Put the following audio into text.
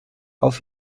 auf